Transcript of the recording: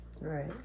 Right